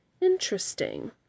Interesting